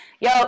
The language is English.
Yo